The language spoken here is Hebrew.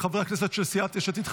בחברי הכנסת של סיעת יש עתיד,